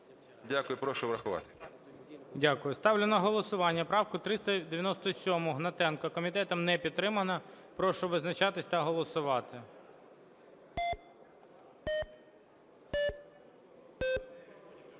Дякую. Прошу врахувати. ГОЛОВУЮЧИЙ. Дякую. Ставлю на голосування правку 297 Гнатенка. Комітетом не підтримана. Прошу визначатись та голосувати.